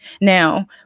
Now